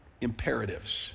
imperatives